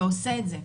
ועושה את זה.